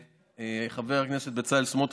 חבר הכנסת בצלאל סמוטריץ',